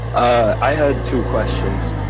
i heard two questions.